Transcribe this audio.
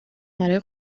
برای